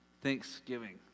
thanksgiving